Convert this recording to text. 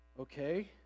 Okay